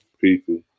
People